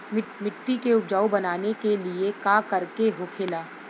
मिट्टी के उपजाऊ बनाने के लिए का करके होखेला?